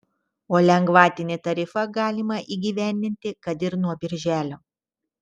o lengvatinį tarifą galima įgyvendinti kad ir nuo birželio